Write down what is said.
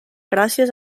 gràcies